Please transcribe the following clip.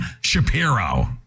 shapiro